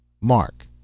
Mark